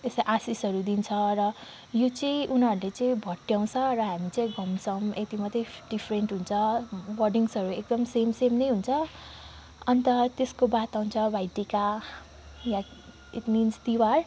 त्यस्तै आशीषहरू दिन्छ र यो चाहिँ उनीहरूले चाहिँ भट्याउँछ र हामी चाहिँ गाउँछौँ यति मात्रै डिफरेन्ट हुन्छ वर्डिङ्सहरू एकदम सेम सेम नै हुन्छ अन्त त्यसको बाद आउँछ भाइटिका इट मिन्स तिहार